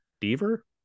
Dever